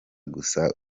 gusa